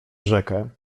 rzekę